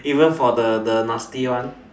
even for the the nasty one